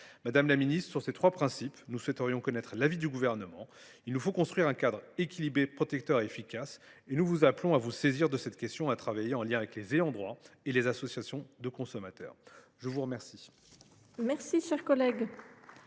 Madame la ministre, sur ces principes, nous souhaiterions connaître l’avis du Gouvernement. Il nous faut construire un cadre équilibré, protecteur et efficace. Nous vous appelons à vous saisir de cette question et à travailler en lien avec les ayants droit et les associations de consommateurs. La parole